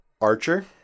archer